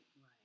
right